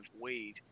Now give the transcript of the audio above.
weed